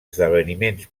esdeveniments